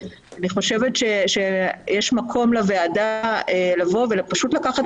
אני חושבת שיש מקום לוועדה לבוא ופשוט לקחת